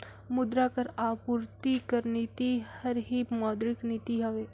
मुद्रा कर आपूरति कर नीति हर ही मौद्रिक नीति हवे